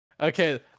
Okay